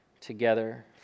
together